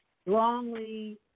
strongly